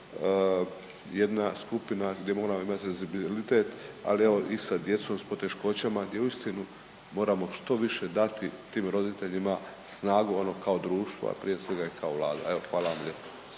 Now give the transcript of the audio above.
jedna skupina gdje moramo imati senzibilitet, ali evo i sa djecom s poteškoćama i uistinu moramo što više dati tim roditeljima snagu ono kao društvo, a prije svega i kao vlada. Evo, hvala vam lijepo.